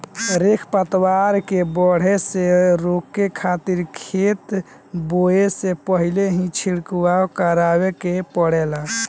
खर पतवार के बढ़े से रोके खातिर खेत बोए से पहिल ही छिड़काव करावे के पड़ेला